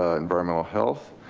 ah environmental health.